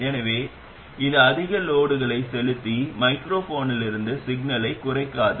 எனவே இது அதிக லோடுகளை செலுத்தி மைக்ரோஃபோனிலிருந்து சிக்னலைக் குறைக்காது